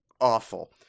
awful